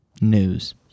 News